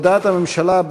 הודעת הממשלה,